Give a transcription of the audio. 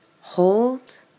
hold